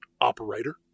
operator